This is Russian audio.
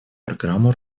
программу